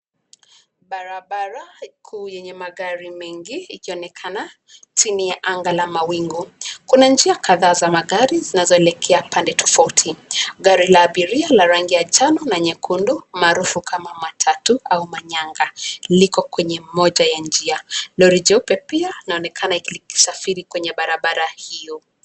Barabara kuu yenye magari mengi ikionekana chini ya anga la mawingu. Kuna njia kadhaa za magari zinazoelekea pande tofauti. Gari la abiria la rangi ya njano na nyekundu maarufu kama matatu au manyanga, liko kwenye moja ya njia. Lori jeupe pia linaonekana likisafiri kwenye barabara hio.